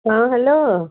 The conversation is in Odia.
ହଁ ହ୍ୟାଲୋ